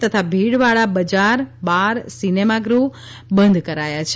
તથા ભીડવાળા બજાર બાર સિનેમાગૃહ બંધ કરાયા છે